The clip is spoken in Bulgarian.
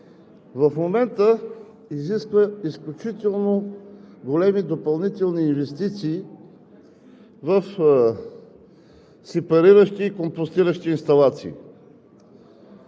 в момента изисква изключително големи допълнителни инвестиции в сепариращи и компостиращи инсталации.